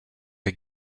the